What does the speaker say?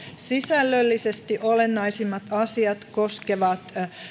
sisällöllisesti olennaisimmat asiat koskevat